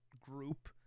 group